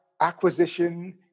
Acquisition